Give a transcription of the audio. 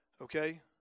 okay